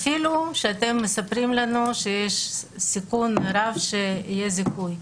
אפילו שאתם מספרים לנו שיש סיכון רב שיהיה זיכוי.